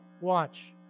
Watch